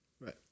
Right